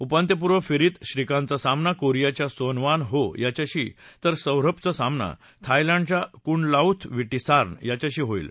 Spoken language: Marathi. उपांत्यपूर्वफेरीत श्रीकांतचा सामना कोरियाच्या सोन वान हो याच्याशी तर सौरभचा सामना थायलंडच्या कुणलाऊथ विटीसार्न याच्याशी होईल